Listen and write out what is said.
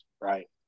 right